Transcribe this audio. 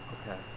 Okay